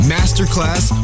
Masterclass